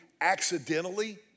accidentally